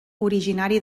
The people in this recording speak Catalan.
originari